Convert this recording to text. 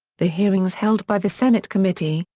the hearings held by the senate committee,